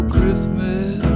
Christmas